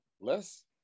Less